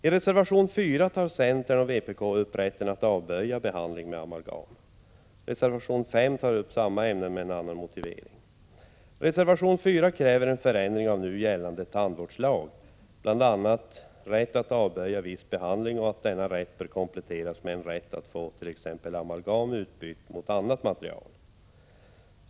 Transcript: I reservation 4 tar centern och vpk upp rätten att avböja behandling med amalgam. Reservation 5 behandlar samma ämne, men med en annan motivering. I reservation 4 krävs en förändring av nu gällande tandvårdslag genom införande av bestämmelse om rätt att avböja viss behandling. Reservanterna anför att denna rätt bör kompletteras med en rätt att få t.ex. amalgam utbytt mot annat material.